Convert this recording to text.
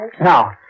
Now